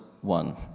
one